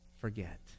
forget